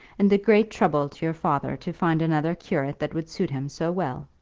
and a great trouble to your father to find another curate that would suit him so well.